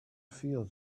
feel